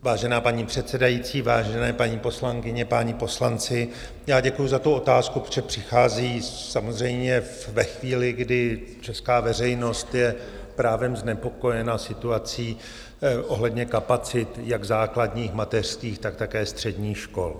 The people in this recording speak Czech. Vážená paní předsedající, vážené paní poslankyně, páni poslanci, děkuji za tu otázku, protože přichází samozřejmě ve chvíli, kdy česká veřejnost je právem znepokojena situací ohledně kapacit jak základních, mateřských, tak také středních škol.